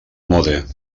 mode